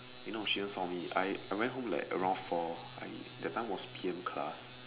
eh no she didn't saw me I I went home like around four I that time was P_M class